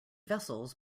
vessels